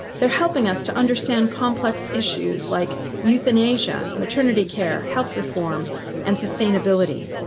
they are helping us to understand complex issues like euthanasia, maternity care, health reform and sustainability.